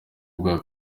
bwa